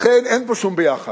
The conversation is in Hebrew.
לכן, אין פה שום ביחד.